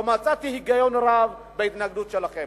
לא מצאתי היגיון רב בהתנגדות שלכם.